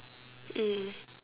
mm